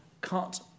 cut